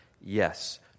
Yes